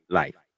life